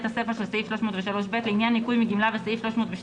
הסיפה של סעיף 303(ב) לעניין ניכוי מגמלה וסעיף 312,